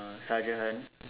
a sergeant